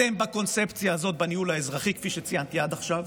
אתם בקונספציה הזאת בניהול האזרחי, עד עכשיו,